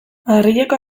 madrileko